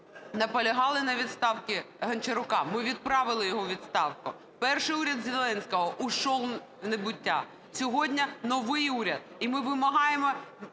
наполягали на відставці Гончарука – ми відправили його у відставку. Перший уряд Зеленського пішов в небуття. Сьогодні новий уряд. І ми вимагаємо